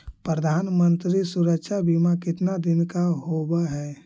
प्रधानमंत्री मंत्री सुरक्षा बिमा कितना दिन का होबय है?